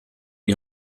die